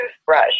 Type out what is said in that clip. Toothbrush